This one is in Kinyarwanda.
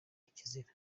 ikizira